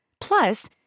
Plus